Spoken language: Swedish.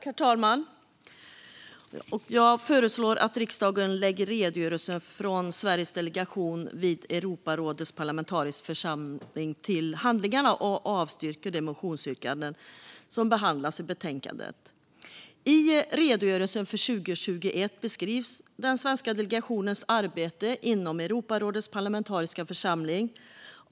Herr talman! Jag föreslår att riksdagen lägger redogörelsen från Sveriges delegation vid Europarådets parlamentariska församling till handlingarna och avslår de motionsyrkanden som behandlas i betänkandet. I redogörelsen för 2021 beskrivs den svenska delegationens arbete inom Europarådets parlamentariska församling.